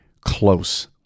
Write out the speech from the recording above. close